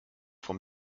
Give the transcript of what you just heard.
vom